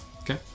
Okay